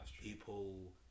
people